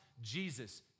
Jesus